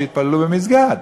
שיתפללו במסגד.